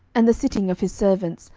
and the sitting of his servants,